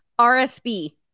RSB